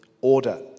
order